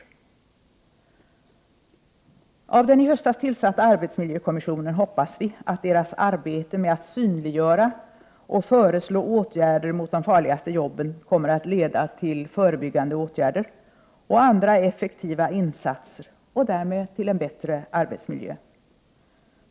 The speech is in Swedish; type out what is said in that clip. Vi hoppas att den i höstas tillsatta arbetsmiljökommissionens arbete med att synliggöra de farligaste jobben kommer att leda till förebyggande åtgärder och andra effektiva insatser och därmed till en bättre arbetsmiljö.